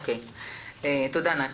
תודה, נתי.